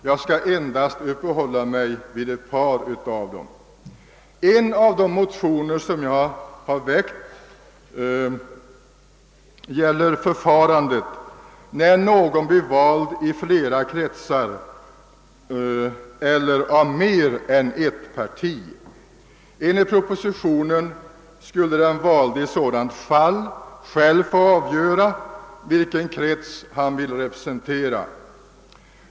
Jag skall endast uppehålla mig vid ett par av dem. En av de motioner som jag har väckt gäller förfarandet, när någon blir vald i flera kretsar eller av mer än ett parti. Enligt propositionen skulle den valde i sådant fall själv få avgöra vilken krets han vill representera.